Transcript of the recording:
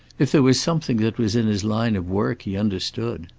if there was something that was in his line of work, he understood.